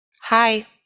Hi